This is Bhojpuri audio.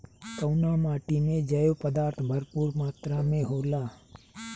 कउना माटी मे जैव पदार्थ भरपूर मात्रा में होला?